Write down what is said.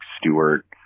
Stewart